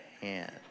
hand